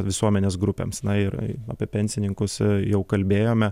visuomenės grupėms na ir apie pensininkus jau kalbėjome